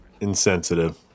Insensitive